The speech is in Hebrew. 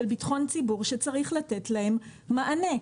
כאן חששות של ביטחון הציבור שצריך לתת להם מענה.